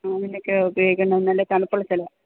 റൂമിലൊക്കെ ഉപയോഗിക്കണം നല്ല തണുപ്പുള്ള സ്ഥലമാണ്